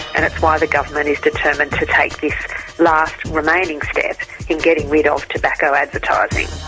and it's why the government is determined to take this last remaining step in getting rid of tobacco advertising.